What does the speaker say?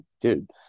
dude